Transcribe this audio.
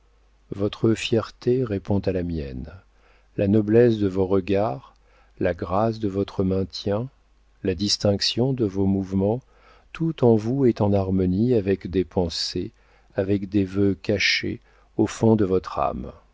votre fierté répond à la mienne la noblesse de vos regards la grâce de votre maintien la distinction de vos mouvements tout en vous est en harmonie avec des pensées avec des vœux cachés au fond de votre âme